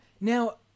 now